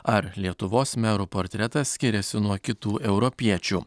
ar lietuvos merų portretas skiriasi nuo kitų europiečių